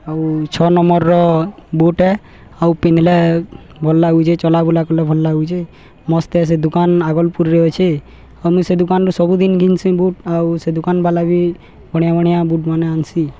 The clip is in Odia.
ଆଉ ଛଅ ନମ୍ବର୍ର ବୁଟେ ଆଉ ପିନ୍ଧିଲେ ଭଲ ଲାଗୁଛେ ଚଲା ବୁଲା କଲେ ଭଲ ଲାଗୁଛେ ମସ୍ତ ସେ ଦୁକାନ୍ ଆଗଲପୁରରେ ଅଛେ ଆଉ ମୁଇଁ ସେ ଦୁକାନ୍ରୁ ସବୁଦିନ ଘିନ୍ସି ବୁଟ୍ ଆଉ ସେ ଦୁକାନ ବାଲା ବି ବଢ଼ିଆ ବଢ଼ିଆ ବୁଟ୍ ମାନେ ଆନ୍ସି